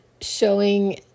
showing